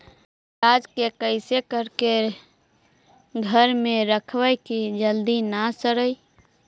प्याज के कैसे करके घर में रखबै कि जल्दी न सड़ै?